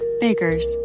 Baker's